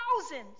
thousands